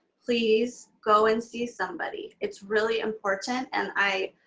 please go and see somebody. it's really important and i